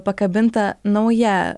pakabinta nauja